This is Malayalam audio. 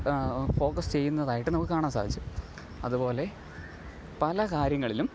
ഫോക്കസ് ചെയ്യുന്നതായിട്ടു നമുക്ക് കാണാൻ സാധിച്ചു അതുപോലെ പല കാര്യങ്ങളിലും